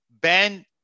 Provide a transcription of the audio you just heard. Ben